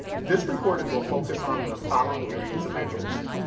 this recording will focus on the following areas of interest